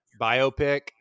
biopic